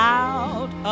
out